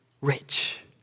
rich